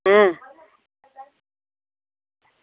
अं